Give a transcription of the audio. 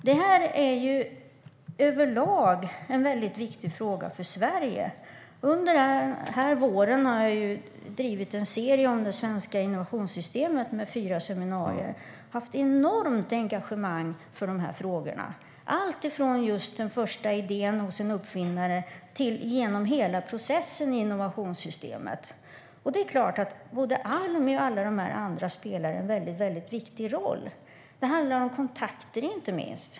Detta är överlag en mycket viktig fråga för Sverige. Under denna vår har jag drivit en serie om det svenska innovationssystemet med fyra seminarier. Jag har haft ett enormt engagemang för dessa frågor, alltifrån den första idén hos en uppfinnare och genom hela processen i innovationssystemet. Det är klart att både Almi och alla de andra spelar en mycket viktig roll. Det handlar inte minst om kontakter.